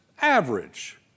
average